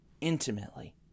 intimately